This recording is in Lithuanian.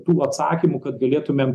tų atsakymų kad galėtumėm